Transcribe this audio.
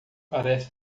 parece